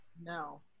No